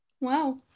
Wow